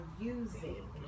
using